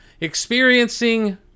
experiencing